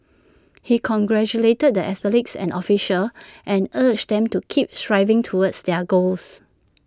he congratulated the athletes and officials and urged them to keep striving towards their goals